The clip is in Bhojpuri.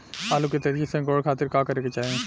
आलू के तेजी से अंकूरण खातीर का करे के चाही?